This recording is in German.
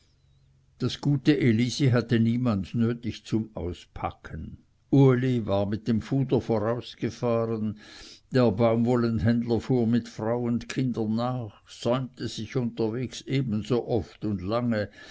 das gute elisi hatte niemand nötig zum auspacken uli war mit dem fuder vorausgefahren der baumwollenhändler fuhr mit frau und kindern nach säumte sich unterwegs ebenso oft und lange